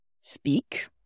speak